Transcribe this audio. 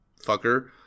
fucker